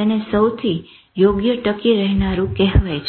તેને સૌથી યોગ્ય ટકી રહેનારું કહેવાય છે